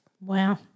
Wow